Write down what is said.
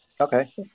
Okay